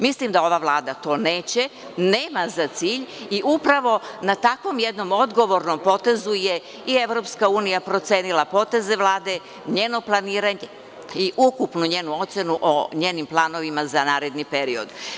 Mislim da ova Vlada to neće, nema za cilj i upravo takvom jednom odgovornom potezu je i EU procenila poteze Vlade, njeno planiranje i ukupnu njenu ocenu o njenim planovima za naredni period.